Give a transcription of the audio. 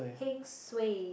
heng suay